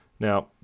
Now